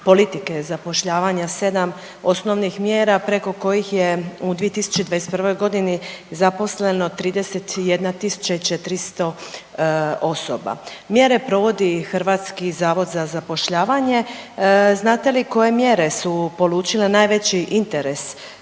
politike zapošljavanja, 7 osnovnih mjera preko kojih je u 2021. g. zaposleno 31 400 osoba. Mjere provodi HZZ, znate li koje mjere su polučile najveći interes